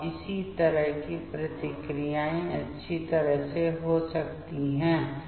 और इस तरह ये प्रतिक्रियाएं अच्छी तरह से हो सकती हैं